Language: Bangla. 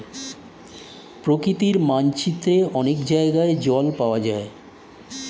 প্রকৃতির মানচিত্রে অনেক জায়গায় জল পাওয়া যায়